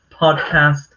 podcast